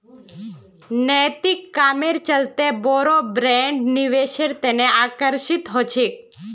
नैतिक कामेर चलते बोरो ब्रैंड निवेशेर तने आकर्षित ह छेक